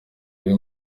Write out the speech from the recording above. biri